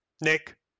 Nick